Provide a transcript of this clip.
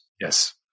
Yes